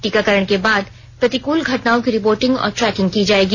टीकाकरण के बाद प्रतिकूल घटनाओं की रिपोर्टिंग और ट्रैकिंग की जायेगी